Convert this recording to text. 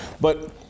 but-